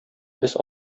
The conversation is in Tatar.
без